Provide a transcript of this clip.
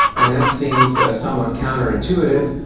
and that seems somewhat counterintuitive.